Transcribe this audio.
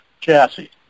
chassis